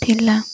ଥିଲା